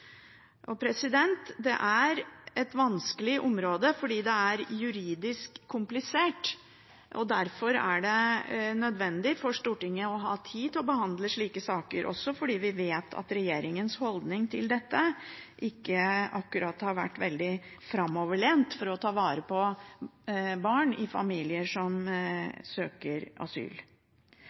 Det er et vanskelig område fordi det er juridisk komplisert, og derfor er det nødvendig for Stortinget å ha tid til å behandle slike saker, også fordi vi vet at regjeringens holdning til dette ikke akkurat har vært veldig framoverlent når det gjelder det å ta vare på barn i familier som søker asyl.